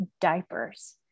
diapers